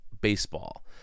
baseball